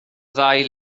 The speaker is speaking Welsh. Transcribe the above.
ddau